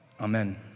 Amen